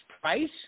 price